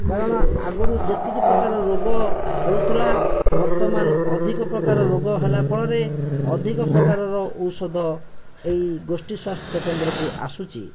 କାରଣ ଆଗରୁ ଯେତିକି ପ୍ରକାର ରୋଗ ହେଉଥିଲା ବର୍ତ୍ତମାନ ଅଧିକ ପରିମାଣରେ ରୋଗ ହେଲା ଫଳରେ ଅଧିକ ପ୍ରକାରର ଔଷଧ ଏହି ଗୋଷ୍ଠୀ ସ୍ଵାସ୍ଥ୍ୟକେନ୍ଦ୍ରକୁ ଆସୁଛି